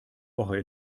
woche